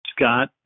Scott